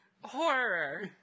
horror